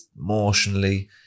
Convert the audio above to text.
emotionally